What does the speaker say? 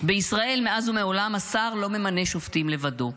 בישראל מאז ומעולם השר לא ממנה שופטים לבדו.